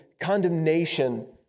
condemnation